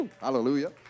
Hallelujah